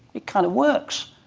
it kind of works.